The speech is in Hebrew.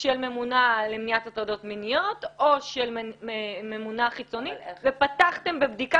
של ממונה למניעת הטרדות מיניות או של ממונה חיצונית ופתחתם בבדיקה,